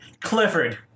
Clifford